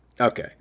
okay